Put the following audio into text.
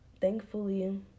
thankfully